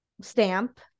stamp